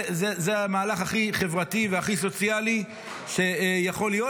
זה המהלך הכי חברתי והכי סוציאלי שיכול להיות,